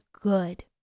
good